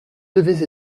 devais